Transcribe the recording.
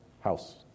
house